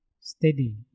steady